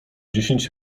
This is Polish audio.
dziesięć